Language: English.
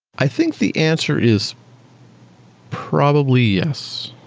i think the answer is probably yes.